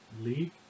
league